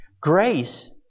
Grace